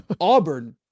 Auburn